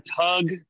Tug